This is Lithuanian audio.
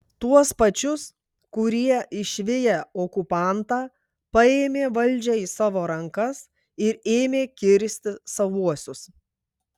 tuos pačius kurie išviję okupantą paėmė valdžią į savo rankas ir ėmė kirsti savuosius